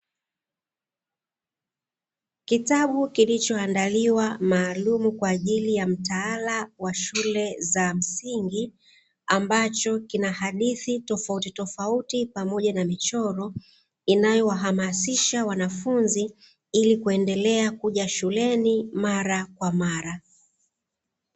Kitabu kilichoandaliwa maalum kwa ajili ya mtaala wa shule za msingi, ambacho kina hadithi tofautitofauti pamoja na michoro. Inayowahamasisha wanafunzi ili kuendelea kuja shuleni mara kwa mara.